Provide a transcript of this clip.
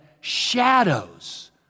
shadows